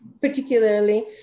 particularly